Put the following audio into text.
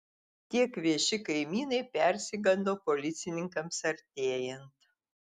tie kvėši kaimynai persigando policininkams artėjant